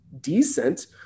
decent